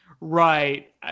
Right